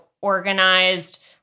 organized